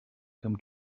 come